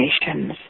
nations